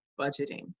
budgeting